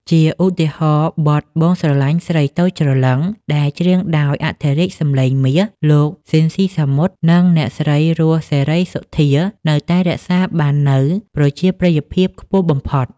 ជាឧទាហរណ៍ បទ បងស្រលាញ់ស្រីតូចច្រឡឹង ដែលច្រៀងដោយអធិរាជសម្លេងមាស លោក ស៊ីន ស៊ីសាមុត និងអ្នកស្រី រស់ សេរីសុទ្ធា នៅតែរក្សាបាននូវប្រជាប្រិយភាពខ្ពស់បំផុត។